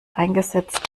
eingesetzt